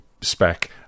spec